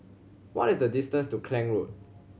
what is the distance to Klang Road